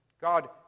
God